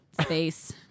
space